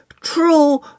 true